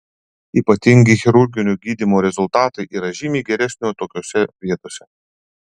ypatingai chirurginio gydymo rezultatai yra žymiai geresnio tokiose vietose